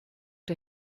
der